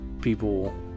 people